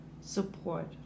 support